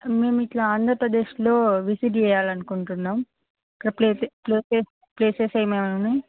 మేము ఇట్ల ఆంధ్రప్రదేశ్లో విజిట్ చేయాలని అనుకుంటున్నాము ఇక్కడ ప్లేసెస్ ప్లేసెస్ ప్లేసెస్ ఏమైనా ఉన్నాయి